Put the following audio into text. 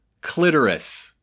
Clitoris